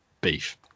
beef